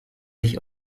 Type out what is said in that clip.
sich